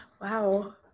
Wow